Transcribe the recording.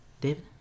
David